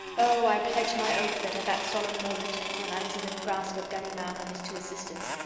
oh! i pledge my oath that, at that solemn moment, when i was in the grasp of ganimard and his two assistants,